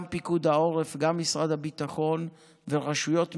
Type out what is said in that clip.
גם פיקוד העורף, גם משרד הביטחון ורשויות מקומיות,